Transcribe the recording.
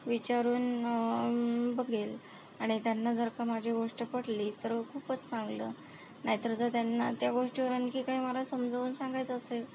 विचारून बघेन आणि त्यांना जर का माझी गोष्ट पटली तर खूपच चांगलं नाहीतर जर त्यांना त्या गोष्टीवर आणखी काही मला समजावून सांगायचं असेल